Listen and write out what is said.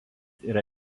yra